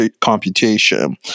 computation